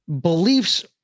beliefs